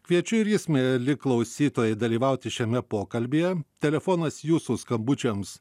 kviečiu ir jus mieli klausytojai dalyvauti šiame pokalbyje telefonas jūsų skambučiams